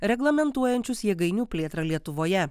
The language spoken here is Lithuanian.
reglamentuojančius jėgainių plėtrą lietuvoje